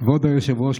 כבוד היושב-ראש,